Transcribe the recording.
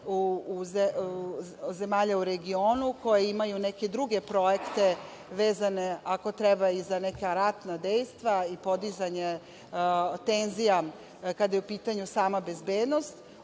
zemalja u regionu koje imaju neke druge projekte vezane ako treba i za neka ratna dejstva i podizanje tenzija kada je u pitanju sama bezbednost. Ono